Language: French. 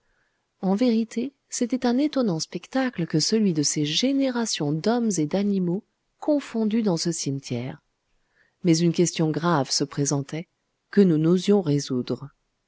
en vérité c'était un étonnant spectacle que celui de ces générations d'hommes et d'animaux confondus dans ce cimetière mais une question grave se présentait que nous n'osions résoudre